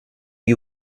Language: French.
oui